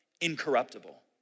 incorruptible